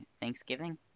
Thanksgiving